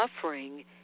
suffering